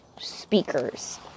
speakers